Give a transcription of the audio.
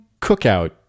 cookout